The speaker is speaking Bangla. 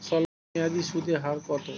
স্বল্পমেয়াদী সুদের হার কত?